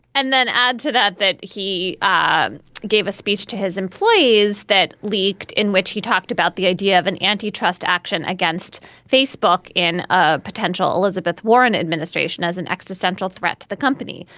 and then add to that that he um gave a speech to his employees that leaked in which he talked about the idea of an anti-trust action against facebook in ah potential elizabeth warren administration as an existential threat to the company.